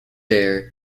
air